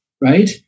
right